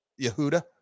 Yehuda